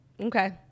Okay